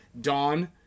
Dawn